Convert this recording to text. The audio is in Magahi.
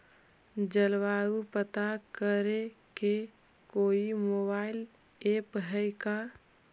जलवायु पता करे के कोइ मोबाईल ऐप है का?